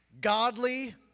Godly